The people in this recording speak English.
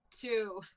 two